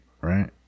right